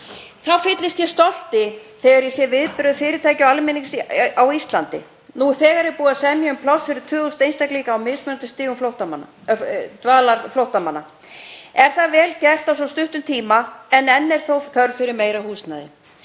Þá fyllist ég stolti þegar ég sé viðbrögð fyrirtækja og almennings á Íslandi. Nú þegar er búið að semja um pláss fyrir 2.000 einstaklinga á mismunandi stigum dvalar. Er það vel gert á svo stuttum tíma en enn er þó þörf fyrir meira húsnæði.